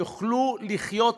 יוכלו לחיות אתה,